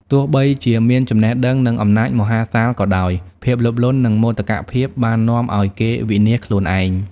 ទោះបីជាមានចំណេះដឹង និងអំណាចមហាសាលក៏ដោយ ភាពលោភលន់ និងមោទកភាពបាននាំឱ្យគេវិនាសខ្លួនឯង ។